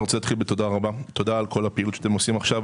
אני רוצה להגיד תודה רבה על כל הפעילות שאתם עושים עכשיו.